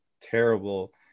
terrible